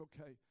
okay